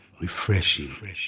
Refreshing